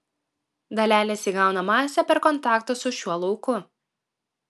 dalelės įgauna masę per kontaktą su šiuo lauku